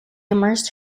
immersed